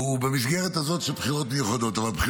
הוא במסגרת הזאת, של בחירות מיוחדות.